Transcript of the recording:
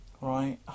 Right